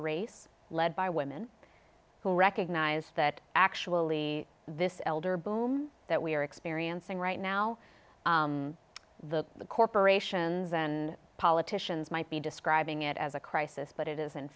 race led by women who recognize that actually this elder boom that we're experiencing right now the corporations and politicians might be describing it as a crisis but it is in